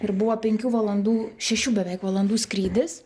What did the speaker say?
ir buvo penkių valandų šešių beveik valandų skrydis